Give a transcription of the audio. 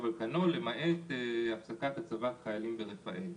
על כנו למעט הפסקת הצבת חיילים ברפאל.